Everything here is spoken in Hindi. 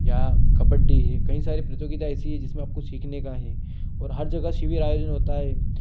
या कबड्डी है कई सारे प्रतियोगिता ऐसी है जिसमें आपको सीखने का है और जगह शिविर आयोजन होता है